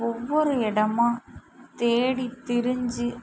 ஒவ்வொரு இடமா தேடி திரிஞ்சு